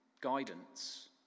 guidance